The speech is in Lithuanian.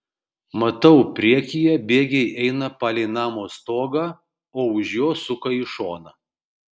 matau priekyje bėgiai eina palei namo stogą o už jo suka į šoną